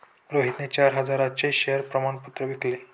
रोहितने चार हजारांचे शेअर प्रमाण पत्र विकले